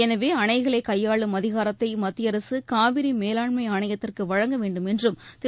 எனவே அணைகளை கையாளும் அதிகாரத்தை மத்திய அரசு காவிரி மேலாண்மை ஆணையத்திற்கு வழங்க வேண்டும் என்றும் திரு